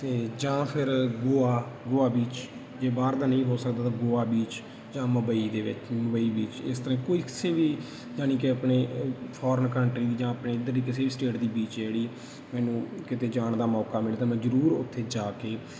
ਅਤੇ ਜਾਂ ਫਿਰ ਗੋਆ ਗੋਆ ਬੀਚ ਜੇ ਬਾਹਰ ਦਾ ਨਹੀਂ ਹੋ ਸਕਦਾ ਤਾਂ ਗੋਆ ਬੀਚ ਜਾਂ ਮੁੰਬਈ ਦੇ ਵਿੱਚ ਮੁੰਬਈ ਬੀਚ ਇਸ ਤਰ੍ਹਾਂ ਕੋਈ ਕਿਸੇ ਵੀ ਜਾਣੀ ਕਿ ਆਪਣੇ ਫੋਰਨ ਕੰਟਰੀ ਜਾਂ ਆਪਣੇ ਇੱਧਰਲੀ ਕਿਸੇ ਵੀ ਸਟੇਟ ਦੀ ਬੀਚ ਜਿਹੜੀ ਮੈਨੂੰ ਕਿਤੇ ਜਾਣ ਦਾ ਮੌਕਾ ਮਿਲਦਾ ਮੈਂ ਜ਼ਰੂਰ ਉੱਥੇ ਜਾ ਕੇ